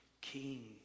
King